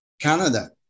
Canada